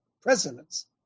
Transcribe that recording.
Presidents